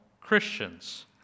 Christians